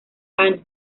años